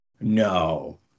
No